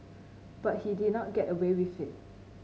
but he did not get away with it